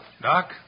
Doc